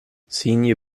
senior